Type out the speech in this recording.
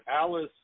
Alice